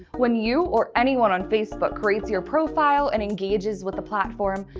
when you or anyone on facebook creates your profile and engages with the platform,